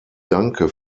danke